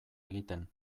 egiten